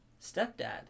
stepdad